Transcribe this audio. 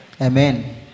Amen